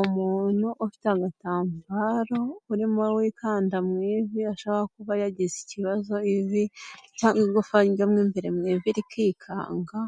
Umuntu ufite agatambambaro urimo wikanda mu ivi ashobora kuba yagize ikibazo mu ivi cyangwa igufa ryo mo imbere mu ivi rikikanga